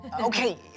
Okay